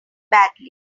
badly